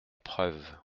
preuve